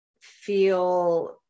feel